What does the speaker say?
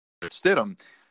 Stidham